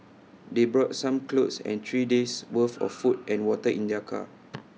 they brought some clothes and three days' worth of food and water in their car